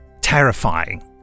terrifying